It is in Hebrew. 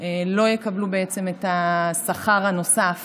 לא יקבלו את השכר הנוסף